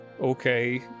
Okay